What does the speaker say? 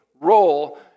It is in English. role